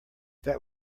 that